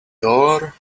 door